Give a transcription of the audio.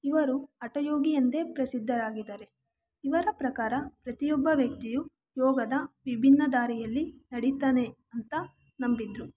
ಇವರು ಹಠ ಯೋಗಿಯೆಂದೇ ಪ್ರಸಿದ್ಧರಾಗಿದ್ದಾರೆ ಇವರ ಪ್ರಕಾರ ಪ್ರತಿಯೊಬ್ಬ ವ್ಯಕ್ತಿಯೂ ಯೋಗದ ವಿಭಿನ್ನ ದಾರಿಯಲ್ಲಿ ನಡಿತಾನೆ ಅಂತ ನಂಬಿದ್ರು